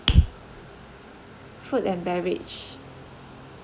food and beverage